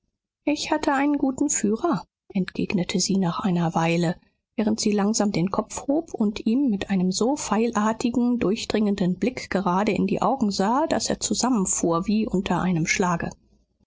ich hatte einen guten führer entgegnete sie nach einer weile während sie langsam den kopf hob und ihm mit einem so pfeilartigen durchdringenden blick gerade in die augen sah daß er zusammenfuhr wie unter einem schlage